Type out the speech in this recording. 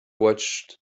watched